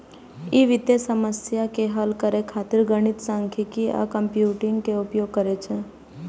ई वित्तीय समस्या के हल करै खातिर गणित, सांख्यिकी आ कंप्यूटिंग के उपयोग करै छै